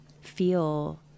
feel